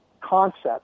concept